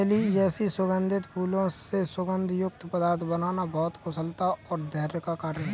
चमेली जैसे सुगंधित फूलों से सुगंध युक्त पदार्थ बनाना बहुत कुशलता और धैर्य का कार्य है